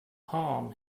palm